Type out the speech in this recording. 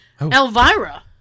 Elvira